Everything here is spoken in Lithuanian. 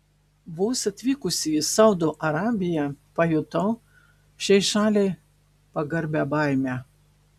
vos atvykusi į saudo arabiją pajutau šiai šaliai pagarbią baimę